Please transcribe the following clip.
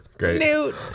newt